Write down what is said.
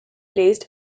placed